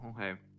okay